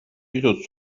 pisut